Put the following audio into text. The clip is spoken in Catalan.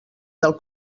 del